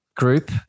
Group